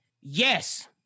yes